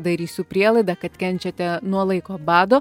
darysiu prielaidą kad kenčiate nuo laiko bado